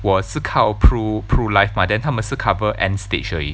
我是靠 Pru Pru Life mah then 他们是 cover end stage 而已